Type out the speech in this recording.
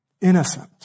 Innocent